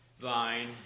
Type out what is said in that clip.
vine